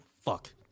fuck